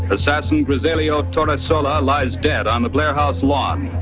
assassin griselio torresola lies dead on the blair house lawn,